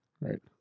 Right